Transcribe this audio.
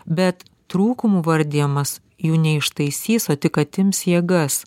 bet trūkumų vardijamas jų neištaisys o tik atims jėgas